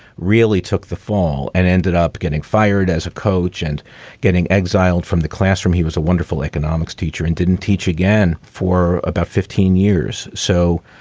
really took the fall and ended up getting fired as a coach and getting exiled from the classroom. he was a wonderful economics teacher and didn't teach again for about fifteen years. so,